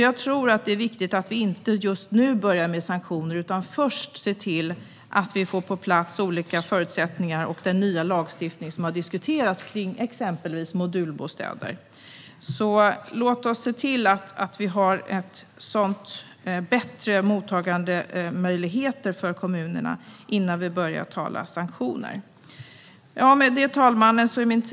Jag tror att det är viktigt att vi inte börjar med sanktioner utan att vi först ser till att vi får bättre förutsättningar och den nya lagstiftning som har diskuterats kring exempelvis modulbostäder på plats. Låt oss se till att vi har bättre mottagandemöjligheter för kommunerna innan vi börjar tala om sanktioner. Med det, herr talman, är min talartid ute.